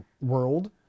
world